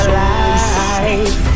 life